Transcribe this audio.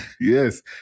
yes